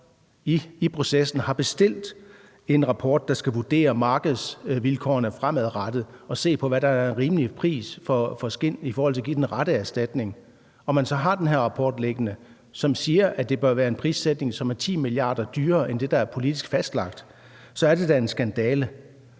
i processen har bestilt en rapport, der skal vurdere markedsvilkårene fremadrettet og se på, hvad der er en rimelig pris for skind i forhold til at give den rette erstatning, og den rapport, som man har liggende, siger, at det bør være en prissætning, som er 10 mia. kr. dyrere end det, der politisk er fastlagt, så er det da en skandale.